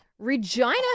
Regina